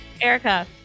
Erica